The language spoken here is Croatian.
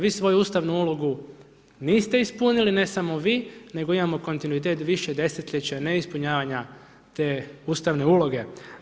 Vi svoju Ustavnu ulogu niste ispunili, ne samo vi, nego imamo kontinuitet više desetljeća neispunjavanja te Ustavne uloge.